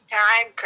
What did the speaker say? time